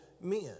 men